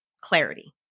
Clarity